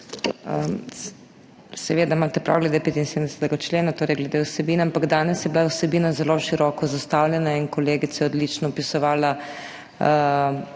Seveda imate prav glede 75. člena, torej glede vsebine, ampak danes je bila vsebina zelo široko zastavljena in kolegica je odlično opisovala,